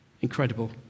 Incredible